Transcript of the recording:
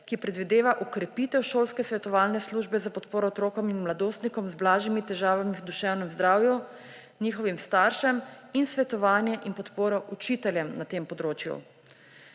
ki predvideva okrepitev šolske svetovalne službe za podporo otrokom in mladostnikom z blažjimi težavami v duševnem zdravju, njihovim staršem ter svetovanje in podporo učiteljem na tem področju.